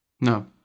no